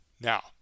now